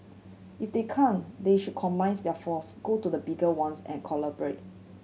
if they can't they should combines their force go to the bigger ones and collaborate